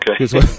Okay